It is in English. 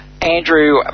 Andrew